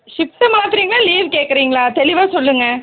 shift மாற்றுறீங்களா leave கேட்கறீங்களா தெளிவாக சொல்லுங்கள்